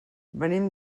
venim